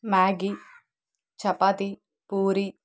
Maggi chapati puri